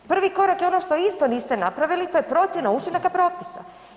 Prvi korak je ono što isto niste napravili, to je procjena učinaka propisa.